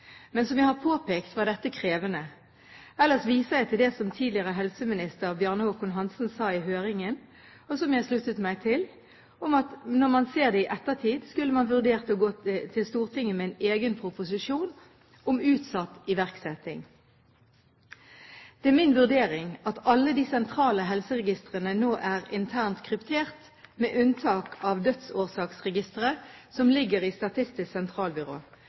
Men som jeg har påpekt, var dette krevende. Ellers viser jeg til det som tidligere helseminister Bjarne Håkon Hanssen sa i høringen – og som jeg sluttet meg til – om at når man ser det i ettertid, skulle man vurdert å gå til Stortinget med en egen proposisjon om utsatt iverksetting. Det er min vurdering at alle de sentrale helseregistrene nå er internt kryptert – med unntak av Dødsårsaksregisteret som ligger i Statistisk sentralbyrå.